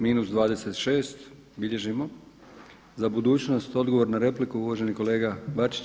Minus 26, bilježimo, za budućnost, odgovor na repliku uvaženi kolega Bačić.